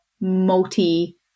multi-